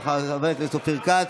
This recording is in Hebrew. של חבר הכנסת אופיר כץ.